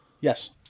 Yes